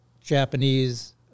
Japanese